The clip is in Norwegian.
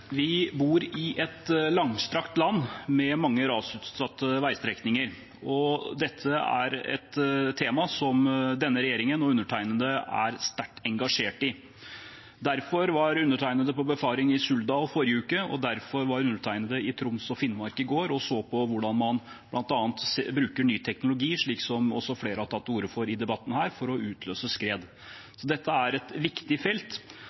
Vi bor i et langstrakt land med mange rasutsatte veistrekninger, og dette er et tema som denne regjeringen og undertegnede er sterkt engasjert i. Derfor var undertegnede på befaring i Suldal forrige uke, og derfor var undertegnede i Troms og Finnmark i går og så på hvordan man bl.a. bruker ny teknologi, slik som også flere har tatt til orde for i denne debatten, for å utløse skred. Så dette er et viktig felt,